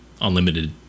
unlimited